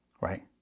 right